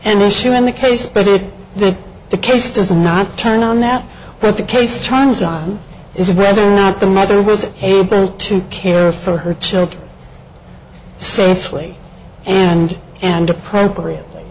an issue in the case but the the case does not turn on that where the case turns on is whether or not the mother was able to care for her children safely and and appropriate